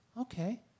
okay